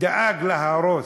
דאג להרוס.